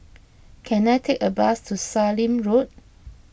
can I take a bus to Sallim Road